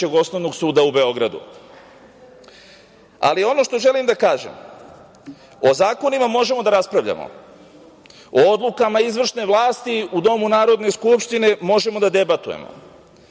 osnovnog suda u Beogradu. Ono što želim da kažem, o zakonima možemo da raspravljamo, o odlukama izvršne vlasti u Domu Narodne skupštine možemo da debatujemo,